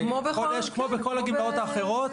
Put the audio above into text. כמו בכל הגמלאות האחרות,